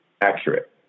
accurate